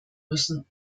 müssen